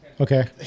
Okay